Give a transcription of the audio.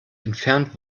entfernt